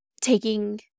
taking